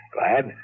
Glad